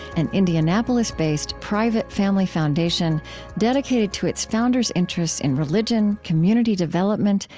an indianapolis-based, private family foundation dedicated to its founders' interests in religion, community development,